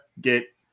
get